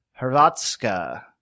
Hrvatska